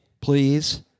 please